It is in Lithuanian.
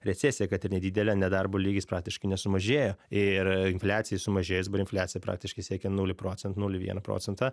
recesiją kad ir nedidelę nedarbo lygis praktiškai nesumažėjo ir infliacijai sumažėjus dabar infliacija praktiškai siekia nulį procentų nulį vieną procentą